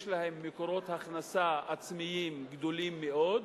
יש להן מקורות הכנסה עצמיים גדולים מאוד,